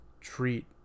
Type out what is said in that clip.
treat